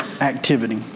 activity